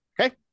okay